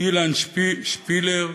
אילן שפלר,